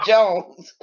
Jones